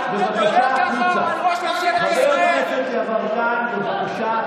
זה אתם עושים, חבר הכנסת יברקן, קריאה שנייה.